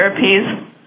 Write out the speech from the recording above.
therapies